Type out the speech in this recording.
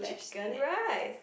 chicken rice